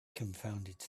confounded